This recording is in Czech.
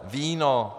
Víno.